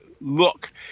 look